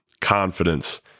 confidence